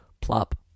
Plop